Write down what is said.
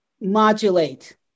modulate